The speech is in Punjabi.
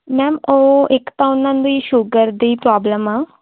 ਮੈਮ ਉਹ ਇੱਕ ਤਾਂ ਉਹਨਾਂ ਦੀ ਸ਼ੂਗਰ ਦੀ ਪ੍ਰੋਬਲਮ ਆ